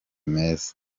meza